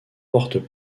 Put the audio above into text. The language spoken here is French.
portent